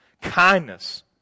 kindness